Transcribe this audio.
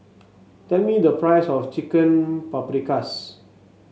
tell me the price of Chicken Paprikas